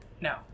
No